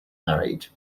married